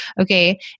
Okay